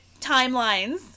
timelines